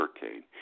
hurricane